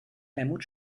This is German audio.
helmut